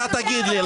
אתה תגיד לי,